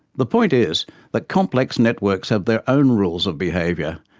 the point is that complex networks have their own rules of behaviour,